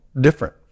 different